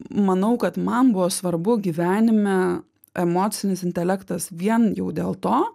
manau kad man buvo svarbu gyvenime emocinis intelektas vien jau dėl to